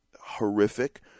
horrific